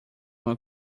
uma